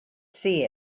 see